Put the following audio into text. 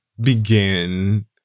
begin